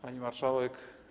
Pani Marszałek!